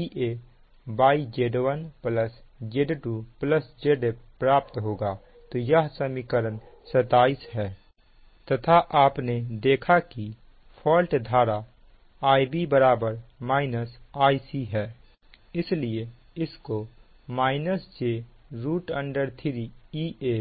EaZ1Z2Zfप्राप्त होगा तो यह समीकरण 27 है तथा आपने देखा कि फॉल्ट धारा Ib - Ic है